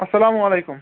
اسلامُ علیکُم